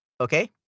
okay